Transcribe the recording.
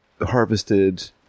harvested